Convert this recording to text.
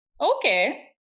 okay